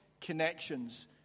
connections